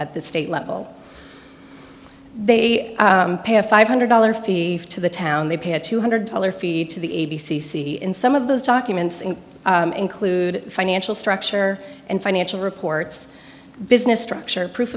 at the state level they pay a five hundred dollars fee to the town they pay a two hundred dollars fee to the a b c see in some of those documents and include financial structure and financial reports business structure proof